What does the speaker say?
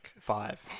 Five